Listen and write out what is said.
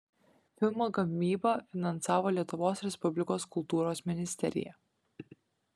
filmo gamybą finansavo lietuvos respublikos kultūros ministerija